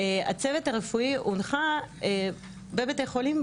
הצוות הרפואי הונחה בבתי חולים,